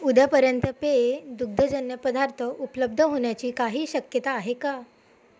उद्यापर्यंत पेये दुग्धजन्य पदार्थ उपलब्ध होण्याची काही शक्यता आहे का